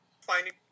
finding